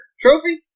trophy